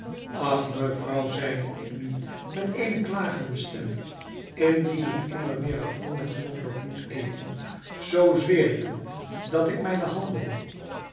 ach mevrouw zeide ik nu met eene klagende stem indien ik immer weder ragout met knoflook moet eten zoo zweer ik u dat ik mijne handen